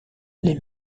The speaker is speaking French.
les